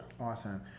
Awesome